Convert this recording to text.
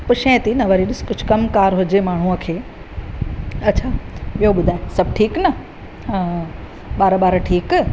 पुछांइ थी न वरी ॾिसु कुझु कमु कार हुजे माण्हूअ खे अछा ॿियो ॿुधाए सभु ठीकु न ॿार ॿार ठीकु